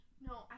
No